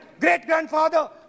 great-grandfather